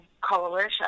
coalition